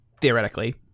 theoretically